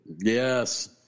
Yes